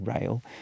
rail